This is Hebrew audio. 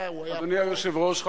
אדוני היושב-ראש,